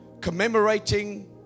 commemorating